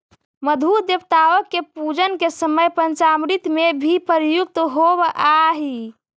मधु देवताओं के पूजन के समय पंचामृत में भी प्रयुक्त होवअ हई